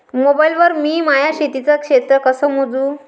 Mobile वर मी माया शेतीचं क्षेत्र कस मोजू?